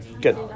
Good